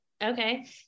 Okay